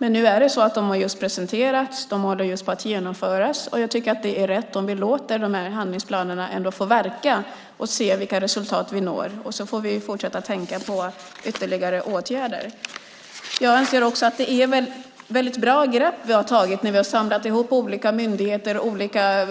Men nu har de just presenterats och håller på att genomföras, och jag tycker att det är rätt att vi låter handlingsplanerna få verka och ser vilka resultat vi når. Vi får också fortsätta att tänka på ytterligare åtgärder. Jag anser att det är bra grepp vi har tagit när vi har samlat ihop olika myndigheter och olika